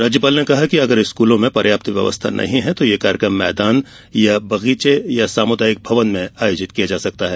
राज्यपाल ने कहा है कि अगर स्कूलों में पर्याप्त व्यवस्था नहीं है तो ये कार्यकम मैदान या बगीचे या सामुदायिक भवन में आयोजित किया जा सकता है